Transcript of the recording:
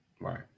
Right